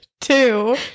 Two